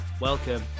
Welcome